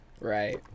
Right